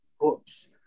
books